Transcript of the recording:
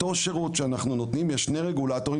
על אותו שירות שאנחנו נותנים יש שני רגולטורים